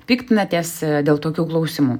piktinatės dėl tokių klausimų